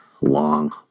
long